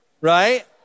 right